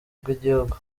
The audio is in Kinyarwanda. bw’igihugu